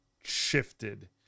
shifted